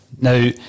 Now